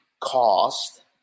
cost